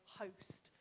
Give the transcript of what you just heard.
host